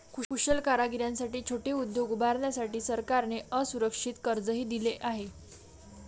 कुशल कारागिरांसाठी छोटे उद्योग उभारण्यासाठी सरकारने असुरक्षित कर्जही दिले आहे